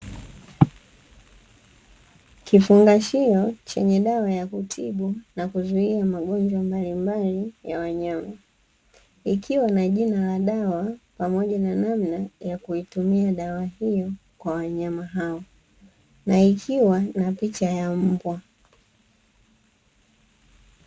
Kifungashio chenye dawa ya kutibu na kuzuia magonjwa mbalimbali ya wanyama, ikiwa na jina la dawa pamoja na namna ya kuitumia dawa hiyo kwa wanyama hao na ikiwa na picha ya mbwa.